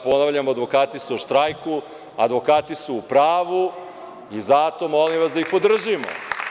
Ponavljam, advokati su u štrajku, advokati su u pravu i zato molim vas da ih podržimo.